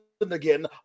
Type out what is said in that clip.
again